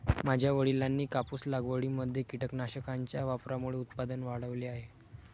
माझ्या वडिलांनी कापूस लागवडीमध्ये कीटकनाशकांच्या वापरामुळे उत्पादन वाढवले आहे